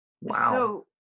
Wow